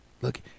look